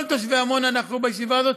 כל תושבי עמונה נכחו בישיבה הזאת,